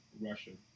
Russian